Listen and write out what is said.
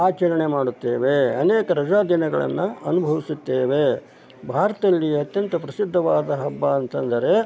ಆಚರಣೆ ಮಾಡುತ್ತೇವೆ ಅನೇಕ ರಜಾ ದಿನಗಳನ್ನ ಅನುಭವಿಸುತ್ತೇವೆ ಭಾರತದಲ್ಲಿ ಅತ್ಯಂತ ಪ್ರಸಿದ್ಧವಾದ ಹಬ್ಬ ಅಂತಂದರೆ